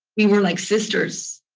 we were like sisters.